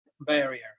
barrier